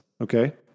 okay